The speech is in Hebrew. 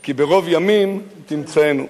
כי ברוב ימים תמצאנו".